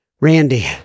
Randy